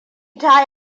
ta